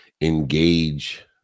engage